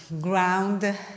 ground